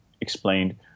explained